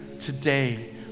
today